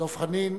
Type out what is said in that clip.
ובכן,